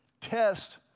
Test